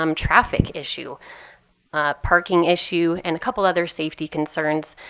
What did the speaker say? um traffic issue, a parking issue, and a couple other safety concerns.